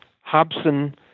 Hobson